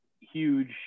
huge